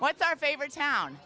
what's our favorite town